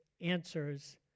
answers